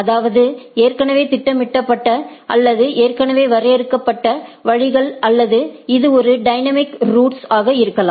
அதாவது ஏற்கனவே திட்டமிடப்பட்ட அல்லது ஏற்கனவே வரையறுக்கப்பட்ட வழிகள் அல்லது இது ஒரு டைனமிக் ரூட்ஸ் ஆக இருக்கலாம்